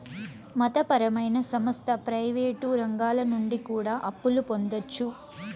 మత పరమైన సంస్థ ప్రయివేటు రంగాల నుండి కూడా అప్పులు పొందొచ్చు